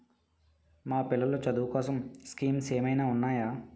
మా పిల్లలు చదువు కోసం స్కీమ్స్ ఏమైనా ఉన్నాయా?